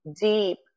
deep